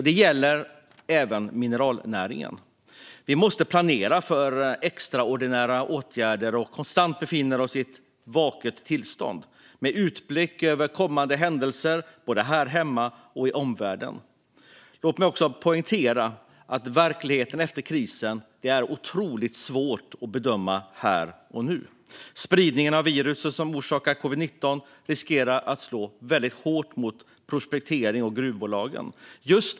Det gäller även mineralnäringen. Vi måste planera för extraordinära åtgärder och konstant befinna oss i ett vaket tillstånd med utblick över kommande händelser här hemma och i omvärlden. Låt mig också poängtera att verkligheten efter krisen är otroligt svår att bedöma här och nu. Spridningen av viruset som orsakar covid-19 riskerar att slå hårt mot prospekterings och gruvbolagen.